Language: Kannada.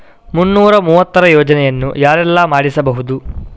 ಮುನ್ನೂರ ಮೂವತ್ತರ ಯೋಜನೆಯನ್ನು ಯಾರೆಲ್ಲ ಮಾಡಿಸಬಹುದು?